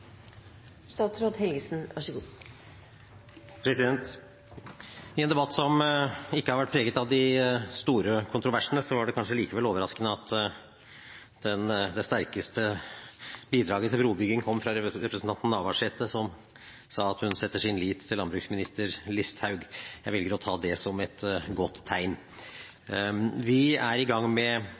I en debatt som ikke har vært preget av de store kontroversene, var det kanskje likevel overraskende at det sterkeste bidraget til brobygging kom fra representanten Navarsete, som sa at hun setter sin lit til landbruksminister Listhaug. Jeg velger å ta det som et godt tegn. Vi er i gang med